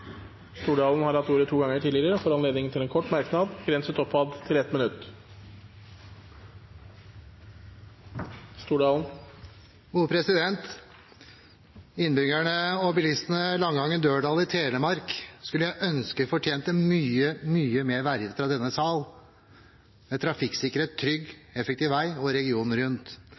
Stordalen har hatt ordet to ganger tidligere og får ordet til en kort merknad, begrenset til 1 minutt. Innbyggerne og bilistene i Langangen–Dørdal i Telemark skulle jeg ønske fikk mye, mye mer verdighet fra denne sal – trafikksikkerhet, trygge og effektive veier regionen rundt.